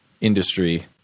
industry